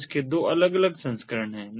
तो इसके दो अलग अलग संस्करण हैं